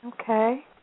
Okay